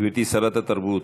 גברתי שרת התרבות,